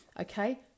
Okay